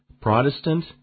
Protestant